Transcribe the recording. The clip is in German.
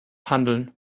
handeln